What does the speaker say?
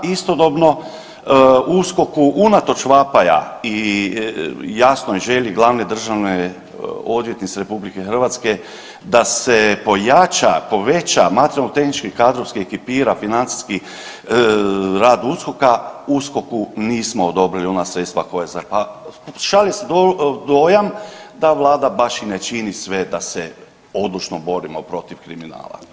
Istodobno USKOK-u unatoč vapaja i jasnoj želji glavne državne odvjetnice RH da se pojača, poveća materijalno, tehnički, kadrovski ekipira financijski rad USKOK-a, USKOK-u nismo odobrili ona sredstva koja … šalje se dojam da Vlada baš i ne čini sve da se odlučno borimo protiv kriminala.